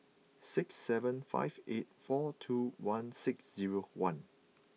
six seven five eight four two one six zero one